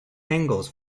angles